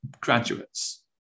graduates